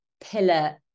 pillar